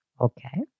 Okay